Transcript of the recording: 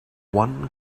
one